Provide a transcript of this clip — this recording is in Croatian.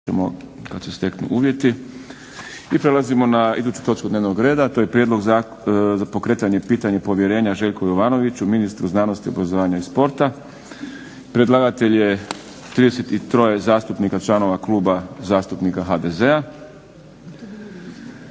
**Šprem, Boris (SDP)** I prelazimo na iduću točku dnevnog reda, a to je - Prijedlog za pokretanje pitanja povjerenja Željku Jovanoviću, ministru znanosti, obrazovanja i sporta. Predlagatelj je 33 zastupnika članova Kluba zastupnika HDZ-a.